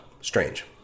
strange